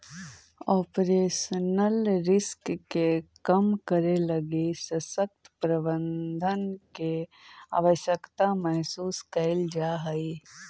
operational risk के कम करे लगी सशक्त प्रबंधन के आवश्यकता महसूस कैल जा हई